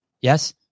Yes